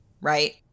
right